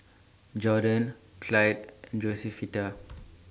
Jordon Clyde and Josefita